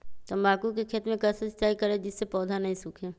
तम्बाकू के खेत मे कैसे सिंचाई करें जिस से पौधा नहीं सूखे?